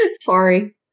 Sorry